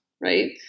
right